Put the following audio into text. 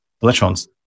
electrons